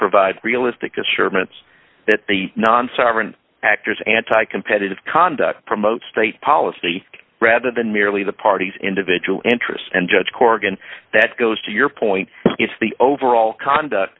provide realistic assurance that the non sovereign actors anti competitive conduct promote state policy rather than merely the party's individual interests and judge corgan that goes to your point it's the overall conduct